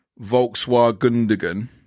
Volkswagen